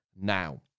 now